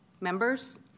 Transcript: Members